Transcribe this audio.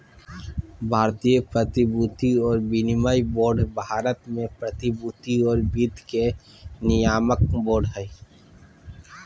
भारतीय प्रतिभूति और विनिमय बोर्ड भारत में प्रतिभूति और वित्त के नियामक बोर्ड हइ